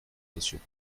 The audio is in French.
sociaux